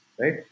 right